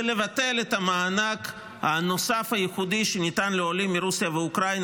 זה לבטל את המענק הנוסף הייחודי שניתן לעולים מרוסיה ומאוקראינה,